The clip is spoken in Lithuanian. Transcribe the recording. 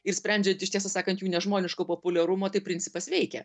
ir sprendžiant iš tiesą sakant jų nežmoniško populiarumo tai principas veikia